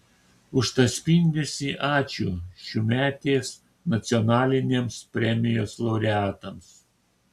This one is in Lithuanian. už tą spindesį ačiū šiųmetės nacionalinėms premijos laureatams